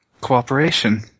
Cooperation